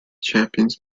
champions